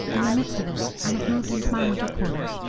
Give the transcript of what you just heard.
in the midst of it i have moved into my winter quarters,